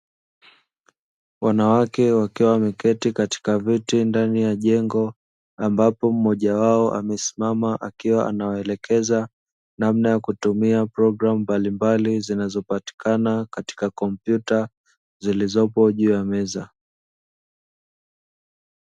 Wanawake wakiwa wameketi katika viti ndani ya jengo, ambapo mmoja wao amesimama, akiwa anawaelekeza namna ya kutumia programu mbalimbali, zinazopatikana katika kompyuta zilizopo juu ya meza.